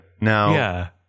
Now